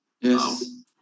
Yes